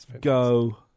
go